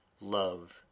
love